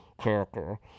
character